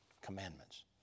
commandments